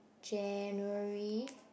January